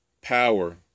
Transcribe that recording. power